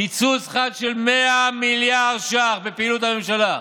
קיצוץ חד של 100 מיליארד ש"ח בפעילות הממשלה.